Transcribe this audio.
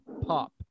pop